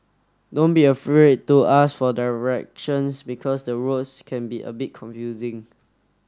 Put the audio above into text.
don't be afraid to ask for directions because the roads can be a bit confusing